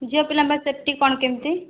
ଝିଅ ପିଲାଙ୍କ ପାଇଁ ସେପ୍ଟି କ'ଣ କେମିତି